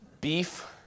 Beef